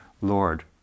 Lord